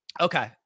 okay